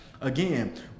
again